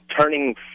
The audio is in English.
turning